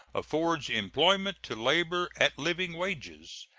affords employment to labor at living wages,